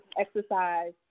exercise